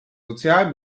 sozial